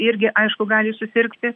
irgi aišku gali susirgti